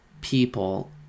people